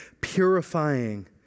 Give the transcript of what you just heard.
purifying